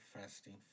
fasting